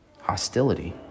hostility